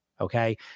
okay